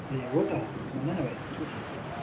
ए हो त भन न भाइ के थियो काम